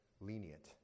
lenient